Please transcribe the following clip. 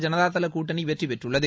ஐனததாதளம் கூட்டணி வெற்றி பெற்றுள்ளது